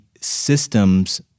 systems